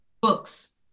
Books